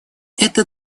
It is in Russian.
эта